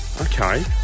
Okay